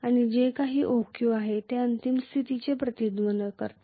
आणि जे काही OQ आहे ते अंतिम स्थितीचे प्रतिनिधित्व करते